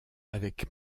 avec